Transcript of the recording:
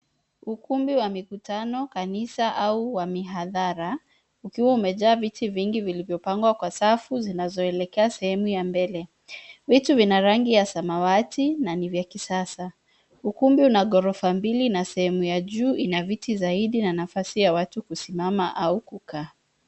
Ukumbi wa mikutano, kanisa au mihadhara ukiwa umejaa viti vingi vilivyopangwa kwa safu zinazoelekea sehemu ya mbele. Viti vina rangi ya samawati na vya kisasa. Ukumbi una ghorofa mbili na sehemu ya juu ina viti zaidi na nafasi ya watu kusimama au kukaa.